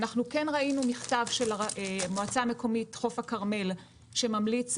אנחנו כן ראינו מכתב של מועצה מקומית חוף הכרמל שמודיע